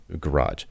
garage